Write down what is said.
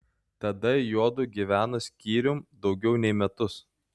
tada juodu gyveno skyrium daugiau nei metus